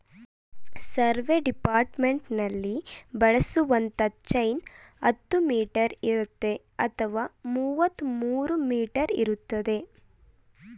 survey ಡಿಪಾರ್ಟ್ಮೆಂಟ್ನಲ್ಲಿ ಬಳಸುವಂತ chain ಹತ್ತು ಮೀಟರ್ ಇರುತ್ತೆ ಅಥವಾ ಮುವತ್ಮೂರೂ ಮೀಟರ್ ಇರ್ತದೆ